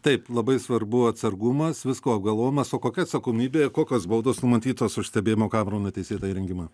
taip labai svarbu atsargumas visko apgalvojimas o kokia atsakomybė kokios baudos numatytos už stebėjimo kamerų neteisėtą įrengimą